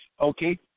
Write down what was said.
Okay